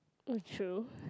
mm true